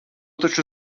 taču